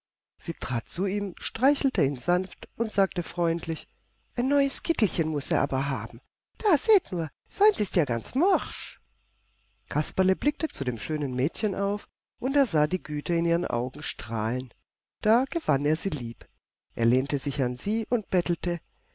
sie trat zu ihm streichelte ihn sanft und sagte freundlich ein neues kittelchen muß er aber haben da seht nur seins ist ja ganz morsch kasperle blickte zu dem schönen mädchen auf und er sah die güte in ihren augen strahlen da gewann er sie lieb er lehnte sich an sie an und bettelte